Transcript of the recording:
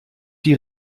die